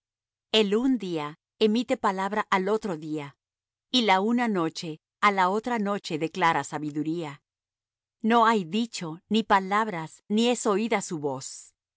el un día emite palabra al otro día y la una noche á la otra noche declara sabiduría no hay dicho ni palabras ni es oída su voz